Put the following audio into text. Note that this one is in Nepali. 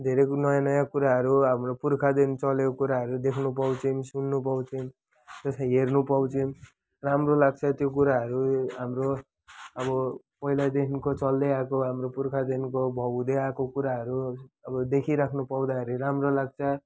धेरै नयाँ नयाँ कुराहरू हाम्रो पुर्खादेखि चलेको कुराहरू देख्न पाउँछौँ हेर्नु पाउँछौँ राम्रो लाग्छ त्यो कुरारू हाम्रो अब पहिलैदेखिको चल्दैआएको हाम्रो पुर्खादेखिको हुँदैआएको कुराहरू अब देखिरहनु पाउँदाखेरि राम्रो लाग्छ